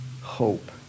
hope